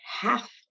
half